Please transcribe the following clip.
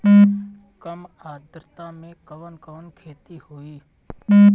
कम आद्रता में कवन कवन खेती होई?